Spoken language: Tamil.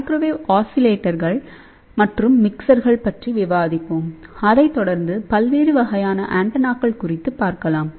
மைக்ரோவேவ் ஆஸிலேட்டர்கள் மற்றும் மிக்சர்கள் பற்றி விவாதிப்போம்அதைத் தொடர்ந்து பல்வேறு வகையான ஆண்டெனாக்கள் குறித்து பார்க்கலாம்